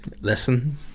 listen